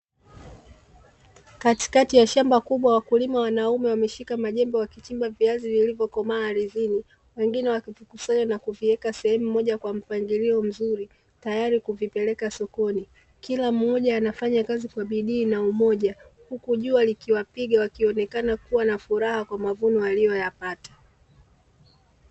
katikati ya shamba kubwa wakulima wanaume wameshika majembe wakichimba viazi vilivyokomaa ardhini, wengine wakivikusanya na kuviweka sehemu moja kwa mpangilio mzuri tayari kuvipeleka sokoni. Kila mmoja anafanya kazi kwa bidii na umoja, huku jua likiwapiga wakionekana kuwa na furaha kwa mavuno waliyoyapata.